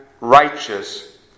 righteous